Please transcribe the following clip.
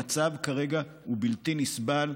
המצב כרגע הוא בלתי נסבל.